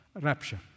rapture